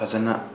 ꯐꯖꯅ